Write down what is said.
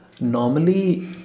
normally